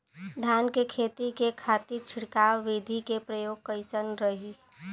धान के खेती के खातीर छिड़काव विधी के प्रयोग कइसन रही?